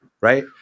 right